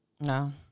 No